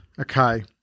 Okay